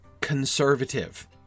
conservative